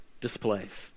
displaced